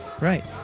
right